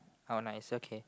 how nice okay